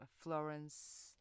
Florence